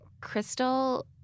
Crystal –